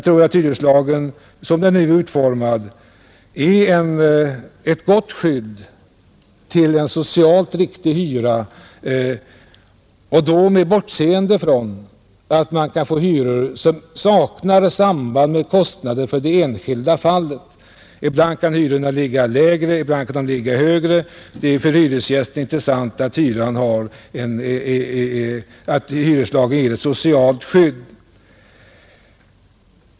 Som hyreslagen nu är utformad tror jag att den utgör ett gott skydd för en socialt riktig hyra, med bortseende från att man kan få hyror som saknar samband med kostnaden för det enskilda fallet. Ibland kan hyrorna ligga lägre, ibland kan de ligga högre. Det för hyresgästen intressanta är att hyreslagen ger ett socialt skydd.